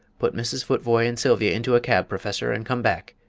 put mrs. futvoye and sylvia into a cab, professor, and come back.